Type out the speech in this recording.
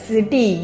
City